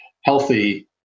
healthy